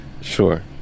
sure